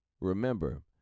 Remember